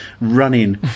running